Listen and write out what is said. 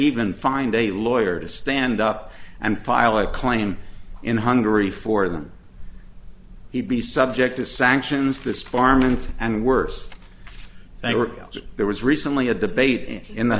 even find a lawyer to stand up and file a claim in hungary for them he'd be subject to sanctions this farm and worse they were there was recently a debate in the